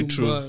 True